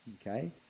okay